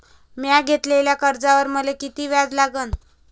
म्या घेतलेल्या कर्जावर मले किती व्याज लागन?